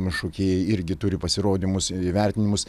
šokėjai irgi turi pasirodymus įvertinimus